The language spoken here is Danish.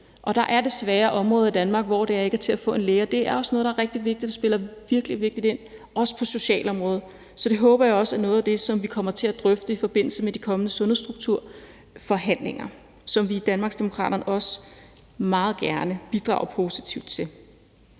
Der er desværre områder i Danmark, hvor det ikke er til at få en læge, og det er også noget, der er rigtig vigtigt, og det spiller ind som en vigtig ting, også på socialområdet. Så det håber jeg også er noget af det, vi kommer til at drøfte i forbindelse med de kommende sundhedsstrukturforhandlinger, som vi i Danmarksdemokraterne også meget gerne bidrager positivt til.